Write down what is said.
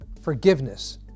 forgiveness